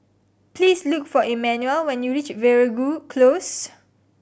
please look for Emmanuel when you reach Veeragoo Close